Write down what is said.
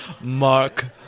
Mark